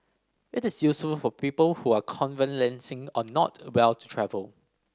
it is useful for people who are convalescing or not well to travel